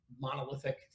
monolithic